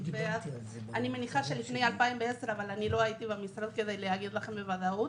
אני מניחה שגם לפני 2010 אבל לא הייתי במשרד כדי להגיד לכם בוודאות